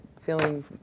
feeling